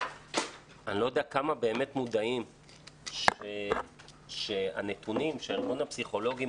אני לא יודע כמה באמת מיודעים לכך שהנתונים שמסר ארגון הפסיכולוגים,